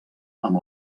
amb